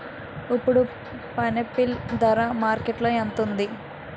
ఇప్పుడు పైనాపిల్ ధర మార్కెట్లో ఎంత ఉంది?